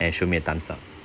and shows me a thumbs up